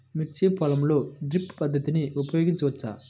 మిర్చి పొలంలో డ్రిప్ పద్ధతిని ఉపయోగించవచ్చా?